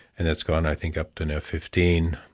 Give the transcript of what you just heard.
and it's gone i think up to now fifteen,